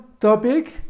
topic